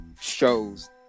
shows